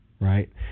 Right